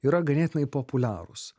yra ganėtinai populiarūs